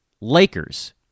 Lakers